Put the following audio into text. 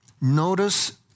notice